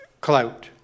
clout